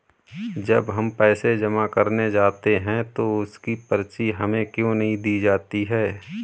जब हम पैसे जमा करने जाते हैं तो उसकी पर्ची हमें क्यो नहीं दी जाती है?